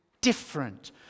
different